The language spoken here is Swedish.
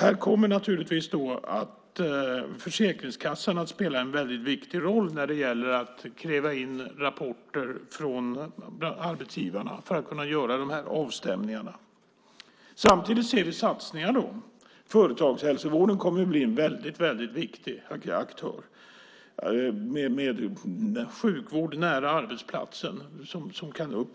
Här kommer naturligtvis Försäkringskassan att spela en viktig roll när det gäller att kräva in rapporter från arbetsgivarna för att kunna göra avstämningarna. Samtidigt sker det satsningar. Företagshälsovården kommer att bli en viktig aktör med sjukvård nära arbetsplatsen som kan